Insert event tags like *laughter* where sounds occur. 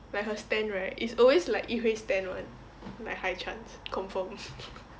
like her stand right it's always like yi hui stand [one] like high chance confirm *laughs*